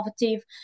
innovative